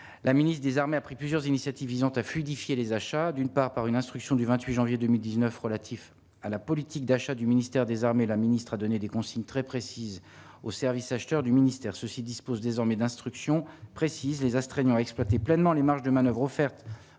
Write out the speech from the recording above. la ministre des armées a pris plusieurs initiatives visant à fluidifier les achats d'une part par une instruction du 28 janvier 2019 relatifs à la politique d'achat du ministère des Armées, la ministre a donné des consignes très précises au service acheteurs du ministère, ceux-ci disposent désormais d'instructions précises les astreignant exploiter pleinement les marges de manoeuvre offertes